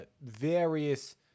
various